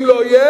אם לא יהיה,